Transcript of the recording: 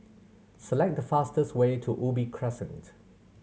select the fastest way to Ubi Crescent